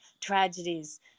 tragedies